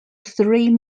three